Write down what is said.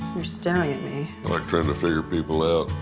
you're staring at me. i like trying to figure people out.